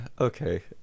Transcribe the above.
Okay